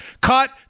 Cut